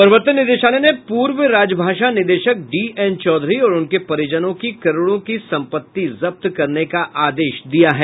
प्रवर्तन निदेशालय ने पूर्व राजभाषा निदेशक डीएन चौधरी और उनके परिजनों की करोड़ों की सम्पत्ति जब्त करने का आदेश दिया है